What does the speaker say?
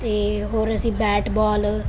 ਅਤੇ ਹੋਰ ਅਸੀਂ ਬੈਟ ਬੋਲ